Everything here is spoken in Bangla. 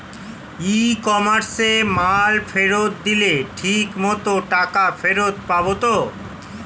ই কমার্সে মাল ফেরত দিলে ঠিক মতো টাকা ফেরত পাব তো?